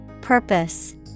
Purpose